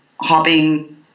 hopping